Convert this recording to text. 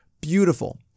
beautiful